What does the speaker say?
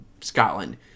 Scotland